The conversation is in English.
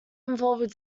involved